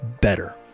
better